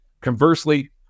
Conversely